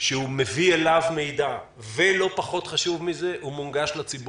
שמביא מידע, שמונגש לציבור.